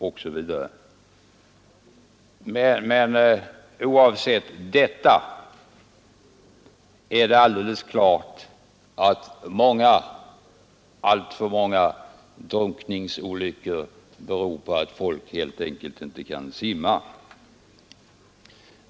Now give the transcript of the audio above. Men oavsett detta är det alldeles klart att många — alltför många — drunkningsolyckor beror på att folk helt enkelt inte kan simma.